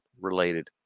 related